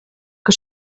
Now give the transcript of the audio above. que